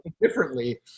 differently